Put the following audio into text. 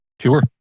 Sure